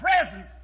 presence